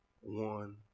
one